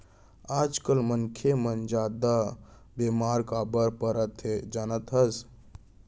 आजकाल मनसे मन जादा बेमार काबर परत हें जानत हस?